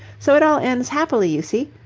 so it all ends happily, you see.